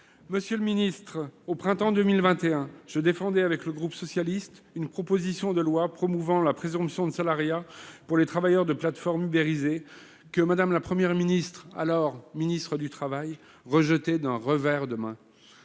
collègues, au printemps 2021, je défendais avec le groupe socialiste une proposition de loi visant à imposer la présomption de salariat pour les travailleurs de plateforme ubérisés que Mme la Première ministre, alors ministre du travail, rejetait d'un revers de main.